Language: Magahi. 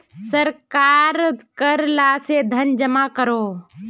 सरकार कर ला से धन जमा करोह